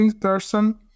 person